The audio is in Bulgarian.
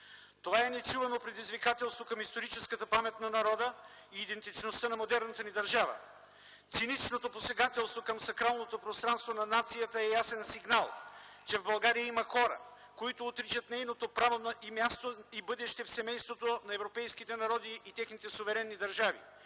Това е нечувано предизвикателство към историческата памет на народа и идентичността на модерната ни държава. Циничното посегателство към сакралното пространство на нацията е ясен сигнал, че в България има хора, които отричат нейното право, място и бъдеще в семейството на европейските народи и техните суверенни държави.